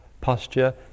posture